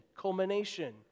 culmination